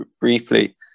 briefly